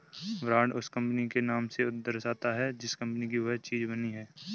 brand उस कंपनी के नाम को दर्शाता है जिस कंपनी की वह चीज बनी है